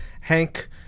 Hank